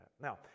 Now